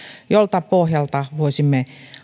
joiden pohjalta voisimme